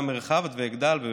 וגם הרחבת והגדלת.